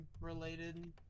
related